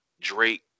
Drake